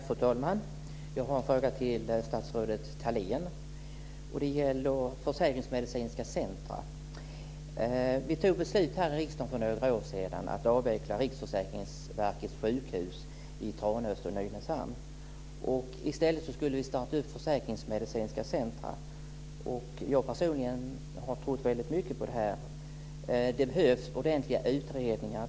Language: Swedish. Fru talman! Jag har en fråga till statsrådet Thalén. Det gäller försäkringsmedicinska centrum. Vi fattade beslut här i riksdagen för några år sedan om att avveckla Riksförsäkringsverkets sjukhus i Tranås och Nynäshamn. I stället skulle vi starta försäkringsmedicinska centrum. Jag personligen tror mycket på det här. Det behövs ordentliga utredningar.